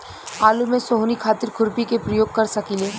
आलू में सोहनी खातिर खुरपी के प्रयोग कर सकीले?